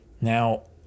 Now